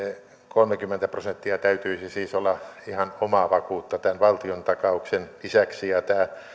kolmekymmentä prosenttia täytyisi siis olla ihan omaa vakuutta tämän valtiontakauksen lisäksi ja tämä